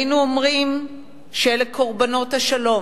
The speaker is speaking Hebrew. היינו אומרים שאלה קורבנות השלום,